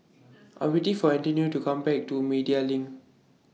I Am waiting For Antonio to Come Back to Media LINK